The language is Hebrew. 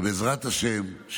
ובעזרת השם,